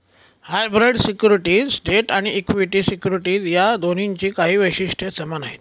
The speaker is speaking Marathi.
हायब्रीड सिक्युरिटीज डेट आणि इक्विटी सिक्युरिटीज या दोन्हींची काही वैशिष्ट्ये समान आहेत